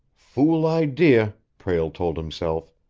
fool idea! prale told himself.